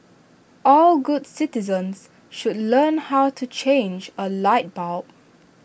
all good citizens should learn how to change A light bulb